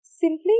Simply